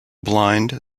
blind